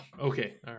Okay